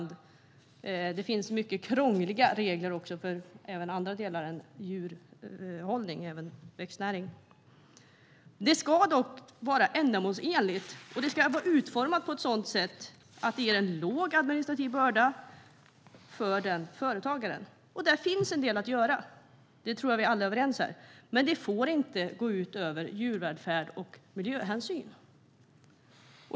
Det finns många krångliga regler också för annat än djurhållning, till exempel växtnäring. Regelverket ska vara ändamålsenligt och vara utformat så att det ger liten administrativ börda för företagaren. Här finns en del att göra, och det tror jag att vi alla är överens om. Men det får inte gå ut över djurvälfärd och miljöhänsyn.